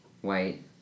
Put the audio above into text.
white